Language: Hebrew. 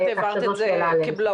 את העברת את זה כבלוק,